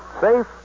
Safe